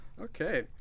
okay